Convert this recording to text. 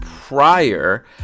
prior